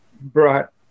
brought